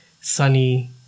sunny